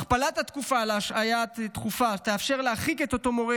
הכפלת התקופה להשעיה דחופה תאפשר להרחיק את אותו מורה